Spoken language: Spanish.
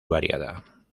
variada